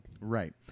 right